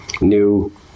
new